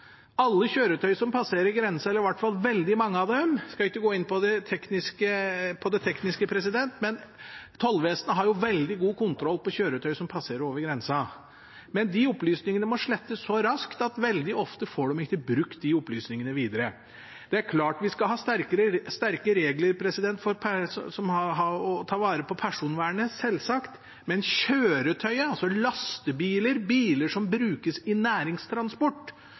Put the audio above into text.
Alle kjøretøy som passerer grensa, eller iallfall veldig mange av dem – jeg skal ikke gå inn på det tekniske – har Tollvesenet veldig god kontroll på, men de opplysningene må slettes så raskt at veldig ofte får de ikke brukt de opplysningene videre. Det er klart vi skal ha sterke regler for å ta vare på personvernet, selvsagt, men kjøretøyet – lastebiler og biler som brukes i næringstransport